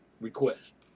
request